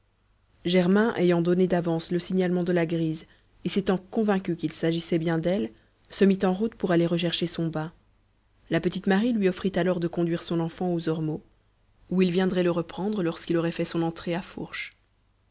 germain ayant donné d'avance le signalement de la grise et s'étant convaincu qu'il s'agissait bien d'elle se mit en route pour aller rechercher son bât la petite marie lui offrit alors de conduire son enfant aux ormeaux où il viendrait le reprendre lorsqu'il aurait fait son entrée à fourche